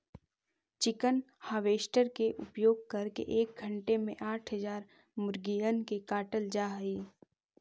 chicken harvester के उपयोग करके एक घण्टे में आठ हजार मुर्गिअन के काटल जा हई